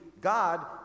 God